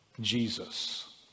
Jesus